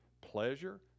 pleasure